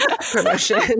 promotion